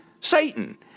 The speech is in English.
Satan